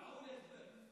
טעון הסבר.